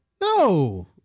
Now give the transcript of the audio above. No